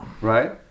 right